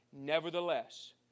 Nevertheless